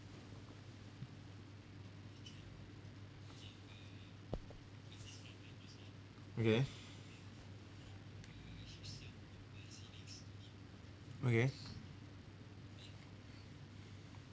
okay okay